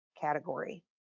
category